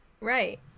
Right